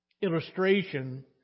illustration